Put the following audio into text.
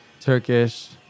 turkish